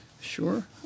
Sure